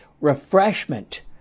Refreshment